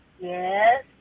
Yes